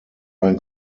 ein